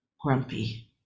grumpy